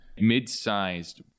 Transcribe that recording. mid-sized